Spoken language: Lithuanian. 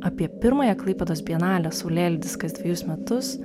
apie pirmąją klaipėdos bienalę saulėlydis kas dvejus metus